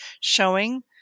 showing